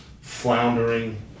floundering